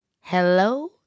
hello